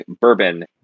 Bourbon